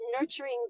nurturing